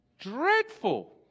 dreadful